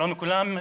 שלום לכולם.